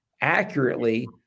accurately